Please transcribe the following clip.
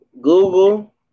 Google